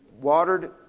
watered